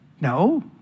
No